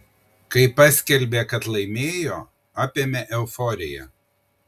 kai paskelbė kad laimėjo apėmė euforija